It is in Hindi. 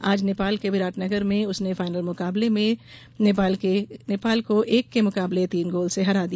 आज नेपाल के विराट नगर में उसने फाइनल मुकाबले में नेपाल को एक के मुकाबले तीन गोल से हरा दिया